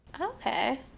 Okay